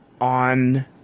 on